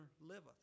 liveth